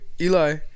Eli